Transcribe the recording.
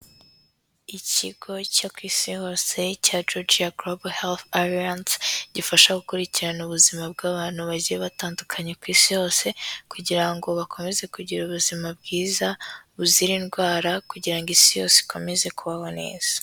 Ikigo cyo ku isi hose cya Georgia Global Health Alliance, gifasha gukurikirana ubuzima bw'abantu bagiye batandukanye ku isi yose, kugira ngo bakomeze kugira ubuzima bwiza buzira indwara kugira ngo isi yose ikomeze kubaho neza.